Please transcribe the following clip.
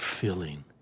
filling